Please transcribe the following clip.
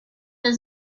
his